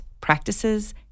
practices